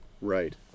right